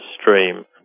stream